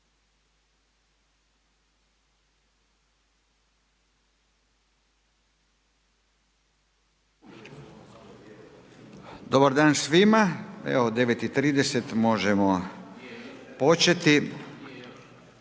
Dobar dan svima, evo 9,30 možemo početi.